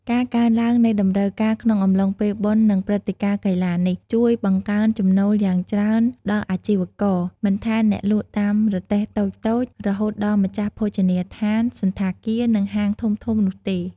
ការកើនឡើងនៃតម្រូវការក្នុងអំឡុងពេលបុណ្យនិងព្រឹត្តិការណ៍កីឡានេះ ជួយបង្កើនចំណូលយ៉ាងច្រើនដល់អាជីវករ មិនថាអ្នកលក់តាមរទេះតូចៗ រហូតដល់ម្ចាស់ភោជនីយដ្ឋាន សណ្ឋាគារ និងហាងធំៗនោះទេ។